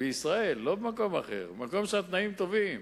בישראל, לא במקום אחר, מקום שהתנאים בו טובים.